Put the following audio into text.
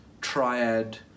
triad